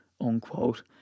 unquote